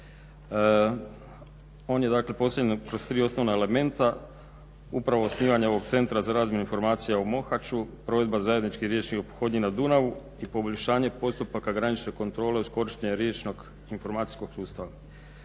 On je dakle postavljen kroz tri osnovna elementa upravo osnivanja ovog centra za razmjenu informacija u Mohaču, provedba zajedničkih riječi o ophodnji na Dunavu i poboljšanje postupaka granične kontrole uz korištenje riječnog informacijskog sustava.